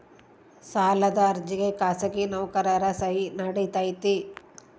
ಸಾಲದ ಅರ್ಜಿಗೆ ಖಾಸಗಿ ನೌಕರರ ಸಹಿ ನಡಿತೈತಿ?